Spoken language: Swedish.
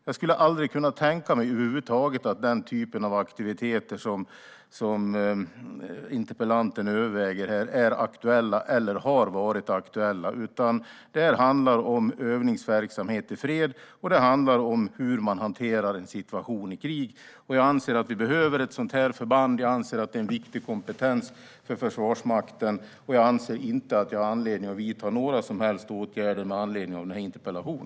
Jag skulle aldrig kunna tänka mig över huvud taget att den typ av aktiviteter som interpellanten överväger här är aktuella eller har varit aktuella. Det här handlar om övningsverksamhet i fred, och det handlar om hur man hanterar en situation i krig. Jag anser att vi behöver ett sådant här förband. Jag anser att det är en viktig kompetens för Försvarsmakten, och jag anser inte att jag har anledning att vidta några som helst åtgärder med anledning av denna interpellation.